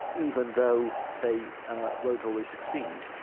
even though they won't always succeed.